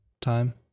time